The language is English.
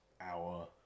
hour